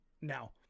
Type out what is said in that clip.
Now